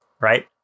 right